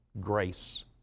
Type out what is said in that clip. grace